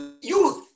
youth